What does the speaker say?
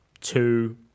two